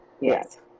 Yes